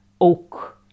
oak